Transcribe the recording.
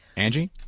Angie